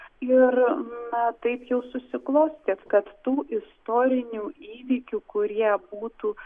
ir na taip jau susiklostė kad tų istorinių įvykių kurie būtų